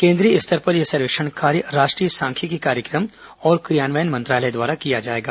केन्द्रीय स्तर पर यह सर्वेक्षण कार्य राष्ट्रीय सांख्यिकी कार्यक्रम औरं क्रियान्वयन मंत्रालय द्वारा किया जाएगा